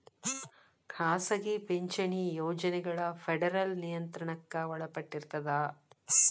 ಖಾಸಗಿ ಪಿಂಚಣಿ ಯೋಜನೆಗಳ ಫೆಡರಲ್ ನಿಯಂತ್ರಣಕ್ಕ ಒಳಪಟ್ಟಿರ್ತದ